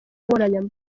nkoranyambaga